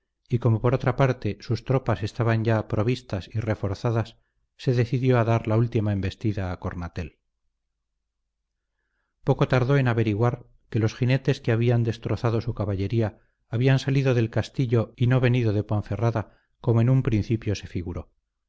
y como por otra parte sus tropas estaban ya provistas y reforzadas se decidió a dar la última embestida a cornatel poco tardó en averiguar que los jinetes que habían destrozado su caballería habían salido del castillo y no venido de ponferrada como en un principio se figuró